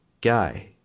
guy